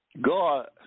God